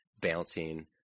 balancing